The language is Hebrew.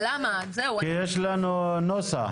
כי יש לנו נוסח.